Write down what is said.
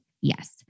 Yes